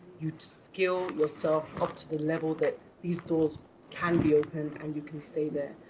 you skill yourself up to the level that these doors can be opened and you can stay there.